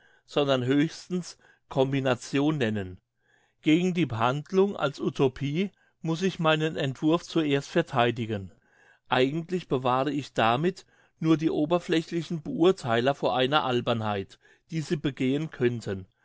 sondern höchstens combination nennen gegen die behandlung als utopie muss ich meinen entwurf zuerst vertheidigen eigentlich bewahre ich damit nur die oberflächlichen beurtheiler vor einer albernheit die sie begehen könnten